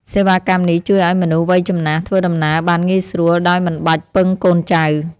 សេវាកម្មនេះជួយឱ្យមនុស្សវ័យចំណាស់ ធ្វើដំណើរបានងាយស្រួលដោយមិនបាច់ពឹងកូនចៅ។